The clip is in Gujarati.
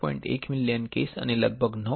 1 મિલિયન કેસ અને લગભગ 9